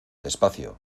despacio